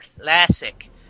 classic